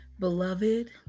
Beloved